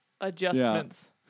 adjustments